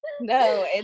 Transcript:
No